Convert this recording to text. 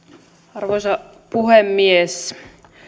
arvoisa puhemies